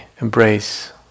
embrace